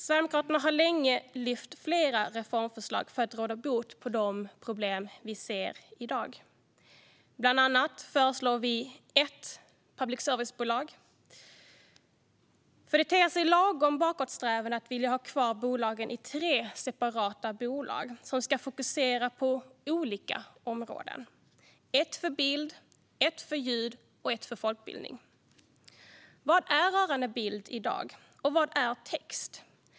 Sverigedemokraterna har länge lyft flera reformförslag för att råda bot på de problem vi ser. Bland annat föreslår vi ett public service-bolag, för det ter sig lagom bakåtsträvande att vilja ha kvar tre separata bolag som ska fokusera på olika områden - ett på bild, ett på ljud och ett på folkbildning. Vad är rörlig bild i dag, och vad är text?